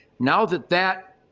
now that that,